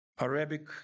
Arabic